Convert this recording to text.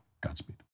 Godspeed